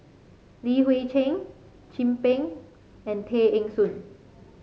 Li Hui Cheng Chin Peng and Tay Eng Soon